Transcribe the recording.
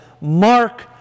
mark